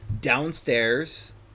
Downstairs